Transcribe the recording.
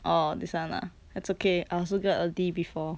orh this [one] ah it's okay I also got a D before